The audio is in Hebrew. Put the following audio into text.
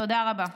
תודה רבה.